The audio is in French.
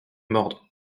mordre